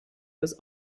was